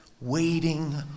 waiting